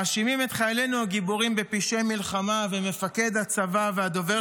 מאשימים את חיילינו הגיבורים בפשעי מלחמה ומפקד הצבא והדובר